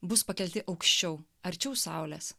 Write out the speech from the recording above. bus pakelti aukščiau arčiau saulės